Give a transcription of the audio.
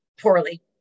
poorly